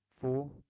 four